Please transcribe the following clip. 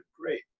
Great